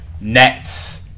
nets